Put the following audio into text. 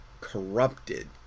corrupted